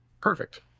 Perfect